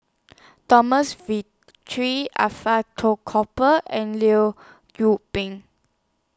Thomas V three Alfred Cooper and Liu Pin